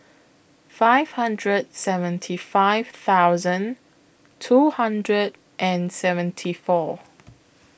five hundred seventy five thousand two hundred and seventy four